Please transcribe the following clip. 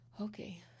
Okay